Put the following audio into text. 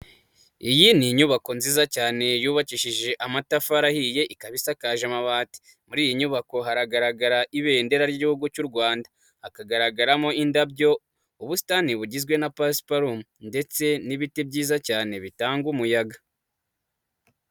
Iyi ni inyubako nziza cyane yubakishije amatafari ahiye, ikaba isakaje amabati, muri iyi nyubako haragaragara ibendera ry'igihugu cy'u Rwanda, hakagaragaramo indabyo, ubusitani bugizwe na pasiparumu ndetse n'ibiti byiza cyane bitanga umuyaga.